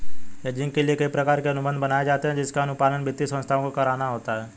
hedging के लिए कई प्रकार के अनुबंध बनाए जाते हैं जिसका अनुपालन वित्तीय संस्थाओं को करना होता है